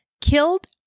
killed